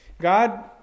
God